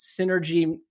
synergy